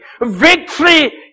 Victory